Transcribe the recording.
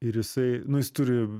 ir jisai nu jis turi